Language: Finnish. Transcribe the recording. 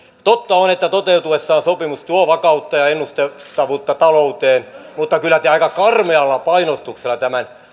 totta on että toteutuessaan sopimus tuo vakautta ja ennustettavuutta talouteen mutta kyllä te aika karmealla painostuksella tämän